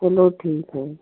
चलो ठीक है